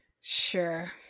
Sure